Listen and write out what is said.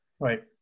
Right